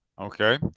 Okay